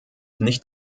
nicht